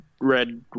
red